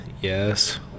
Yes